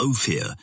Ophir